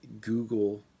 Google